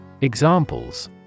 Examples